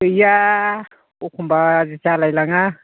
गैया अखमबा जालायलाङा